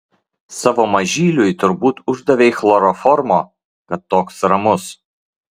savo mažyliui turbūt uždavei chloroformo kad toks ramus